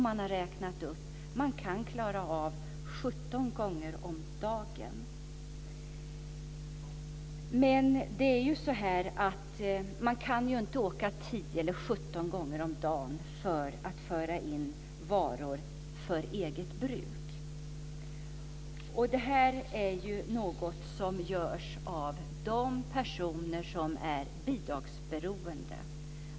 Man har räknat ut att det går att klara av 17 inresor om dagen. Men man kan ju inte åka så många gånger varje dag och föra in varor för eget bruk. Det här görs av personer som är bidragsberoende.